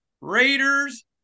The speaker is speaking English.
Raiders